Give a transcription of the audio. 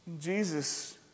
Jesus